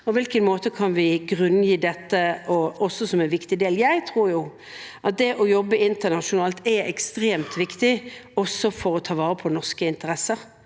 og hvilken måte vi kan grunngi det på, også som en viktig del. Jeg tror at det å jobbe internasjonalt er ekstremt viktig, også for å ta vare på norske interesser.